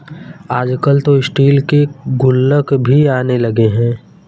आजकल तो स्टील के गुल्लक भी आने लगे हैं